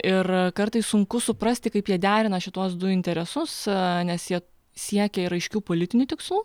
ir kartais sunku suprasti kaip jie derina šituos du interesus nes jie siekia ir aiškių politinių tikslų